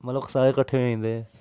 मतलब सारे कट्ठे होई जंदे